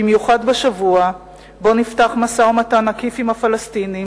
במיוחד בשבוע שבו נפתח משא-ומתן עקיף עם הפלסטינים,